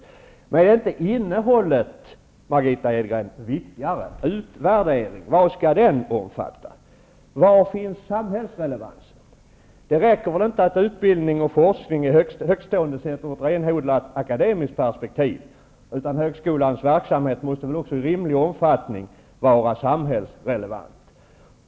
Men, Margitta Edgren, är inte innehållet viktigare? Vad skall utvärderingen omfatta? Var finns samhällsrelevansen? Det räcker inte att se utbildning och forskning ur ett högtstående renodlat akademiskt perspektiv, utan högskolans verksamhet måste ju också i rimlig omfattning vara samhällsrelevant.